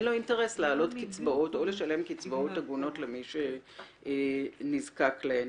לו אינטרס להעלות קצבאות או לשלם קצבאות הגונות למי שנזקק להן.